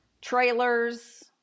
trailers